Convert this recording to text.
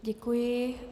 Děkuji.